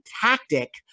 tactic